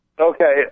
Okay